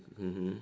mmhmm